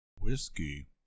whiskey